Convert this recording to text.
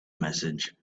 message